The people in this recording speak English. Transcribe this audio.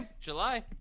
July